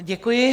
Děkuji.